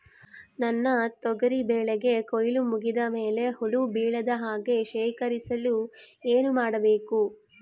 ನನ್ನ ತೊಗರಿ ಬೆಳೆಗೆ ಕೊಯ್ಲು ಮುಗಿದ ಮೇಲೆ ಹುಳು ಬೇಳದ ಹಾಗೆ ಶೇಖರಿಸಲು ಏನು ಮಾಡಬೇಕು?